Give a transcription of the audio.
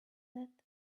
that